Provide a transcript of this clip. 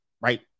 right